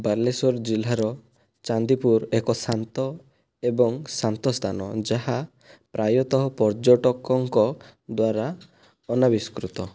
ବାଲେଶ୍ୱର ଜିଲ୍ଲାର ଚାନ୍ଦିପୁର ଏକ ଶାନ୍ତ ଏବଂ ଶାନ୍ତ ସ୍ଥାନ ଯାହା ପ୍ରାୟତଃ ପର୍ଯ୍ୟଟକଙ୍କ ଦ୍ୱାରା ଅନାବିଷ୍କୃତ